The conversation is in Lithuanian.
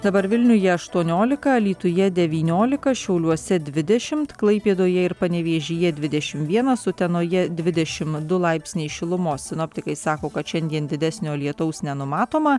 dabar vilniuje aštuoniolika alytuje devyniolika šiauliuose dvidešimt klaipėdoje ir panevėžyje dvidešim vienas utenoje dvidešim du laipsniai šilumos sinoptikai sako kad šiandien didesnio lietaus nenumatoma